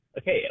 okay